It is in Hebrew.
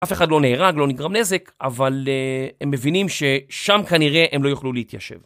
אף אחד לא נהרג, לא נגרם נזק, אבל הם מבינים ששם כנראה הם לא יוכלו להתיישב.